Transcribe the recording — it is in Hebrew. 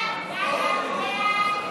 התשע"ט 2018,